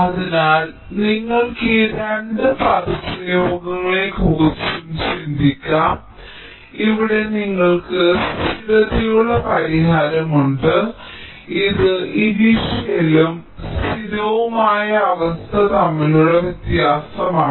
അതിനാൽ നിങ്ങൾക്ക് ഈ രണ്ട് പദപ്രയോഗങ്ങളെയും കുറിച്ച് ചിന്തിക്കാം ഇവിടെ നിങ്ങൾക്ക് സ്ഥിരതയുള്ള പരിഹാരമുണ്ട് ഇത് ഇനിഷ്യലും സ്ഥിരവുമായ അവസ്ഥ തമ്മിലുള്ള വ്യത്യാസമാണ്